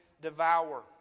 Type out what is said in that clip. devour